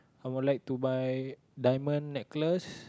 I would like to buy diamond necklaces